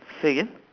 say again